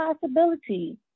possibility